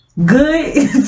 Good